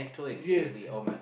yes